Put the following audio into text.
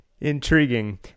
Intriguing